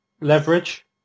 Leverage